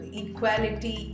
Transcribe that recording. equality